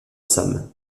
sam